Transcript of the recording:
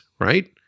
right